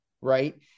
Right